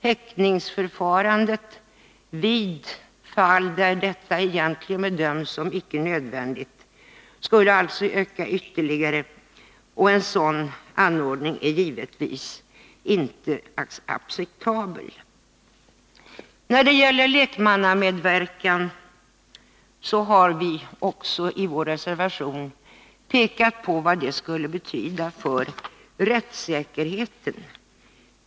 Häktningsförfarandet vid fall där detta egentligen bedöms som icke nödvändigt skulle alltså öka ytterligare. En sådan anordning är givetvis inte acceptabel. Vi har också i vår reservation pekat på vad lekmannamedverkan skulle betyda för rättssäkerheten.